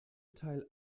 teil